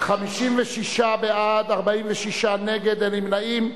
56 בעד, 46 נגד, אין נמנעים.